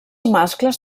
mascles